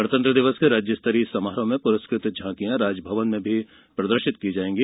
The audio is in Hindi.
गणतंत्र दिवस के राज्य स्तरीय समारोह में पुरस्कृत झाँकियां राजभवन में प्रदर्शित की जाएंगी